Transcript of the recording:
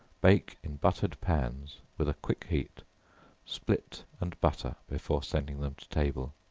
bake in buttered pans, with a quick heat split and butter before sending them to table.